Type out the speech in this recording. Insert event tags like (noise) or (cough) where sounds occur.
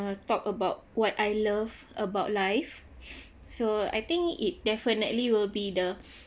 talk about what I love about life (breath) so I think it definitely will be the (breath)